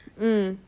mm